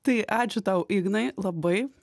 tai ačiū tau ignai labai